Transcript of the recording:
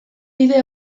bide